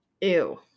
ew